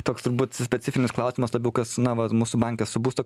toks turbūt specifinis klausimas labiau kas na va mūsų banke su būsto